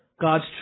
God's